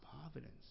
providence